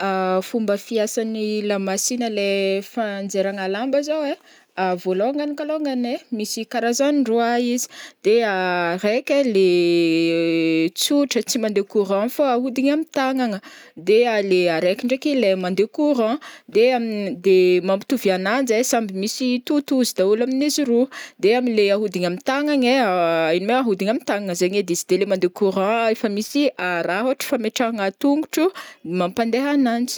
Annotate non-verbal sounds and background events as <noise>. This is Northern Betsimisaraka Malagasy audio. <hesitation> Fomba fiasan'ny lamasina lay fanjairagna lamba zao ai <hesitation> vôlongany kalôngany ai misy karazany roa izy de <hesitation> araiky ai le <hesitation> tsotra tsy mandeha courant fô ahodigna amin'ny tagnagna de <hesitation> le araiky ndraiky le mandeha courant de amin- de mampitovy ananjy ai samby misy totozy daholo amin'izy roa de am'le ahodigna am'tagnagna ai <hesitation> igny mô ahodigna am'tagnagna zegny edy izy de le mandeha courant a efa misy <hesitation> raha ôhatra fametrahagna tongotro mampandeha ananjy.